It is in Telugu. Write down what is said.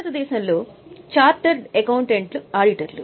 భారతదేశంలో చార్టర్డ్ అకౌంటెంట్లు ఆడిటర్లు